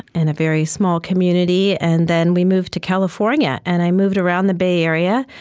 and a very small community. and then we moved to california and i moved around the bay area,